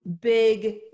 big